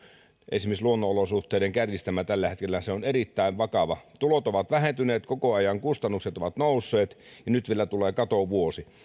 esimerkiksi tällä hetkellä luonnonolosuhteiden kärjistämä on erittäin vakava tulot ovat vähentyneet koko ajan kustannukset ovat nousseet ja nyt vielä tulee katovuosi